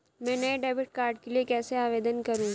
मैं नए debit card के लिए कैसे आवेदन करूं?